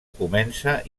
comença